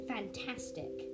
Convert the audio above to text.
Fantastic